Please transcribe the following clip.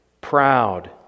proud